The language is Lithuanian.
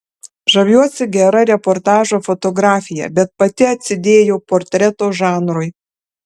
žaviuosi gera reportažo fotografija bet pati atsidėjau portreto žanrui